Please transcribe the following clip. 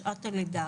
בשעת הלידה,